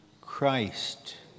Christ